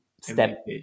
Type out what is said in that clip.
step